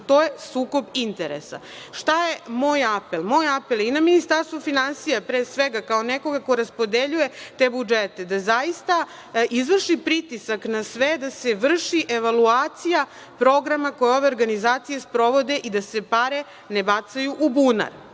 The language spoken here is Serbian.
to je sukob interesa. Šta je moj apel? Moj apel je i na Ministarstvo finansija, pre svega, kao nekoga ko raspodeljuje te budžete, da zaista izvrši pritisak na sve da se vrši evaluacija programa koje ove organizacije sprovode i da se pare ne bacaju u bunar.